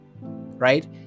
right